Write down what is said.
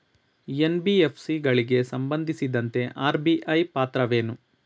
NBFC ಗಳಿಗೆ ಸಂಬಂಧಿಸಿದಂತೆ RBI ಪಾತ್ರವೇನು?